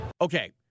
Okay